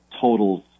totals